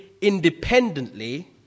independently